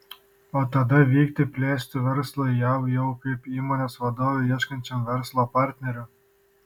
o tada vykti plėsti verslo į jav jau kaip įmonės vadovui ieškančiam verslo partnerių